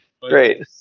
Great